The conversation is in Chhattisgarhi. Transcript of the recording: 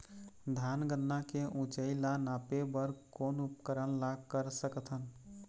धान गन्ना के ऊंचाई ला नापे बर कोन उपकरण ला कर सकथन?